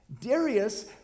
Darius